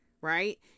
right